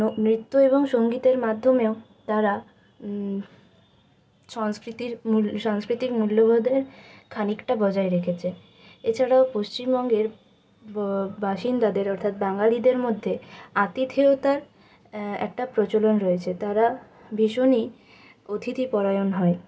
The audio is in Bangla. নৃত্য এবং সঙ্গীতের মাধ্যমেও তারা সংস্কৃতির মূল সংস্কৃতির মূল্যবোধের খানিকটা বজায় রেখেছে এছাড়াও পশ্চিমবঙ্গের ব বাসিন্দাদের অর্থাৎ বাঙ্গালীদের মধ্যে আতিথেয়তার একটা প্রচলন রয়েছে তারা ভীষণই অতিথিপরায়ণ হয়